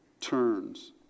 turns